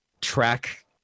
track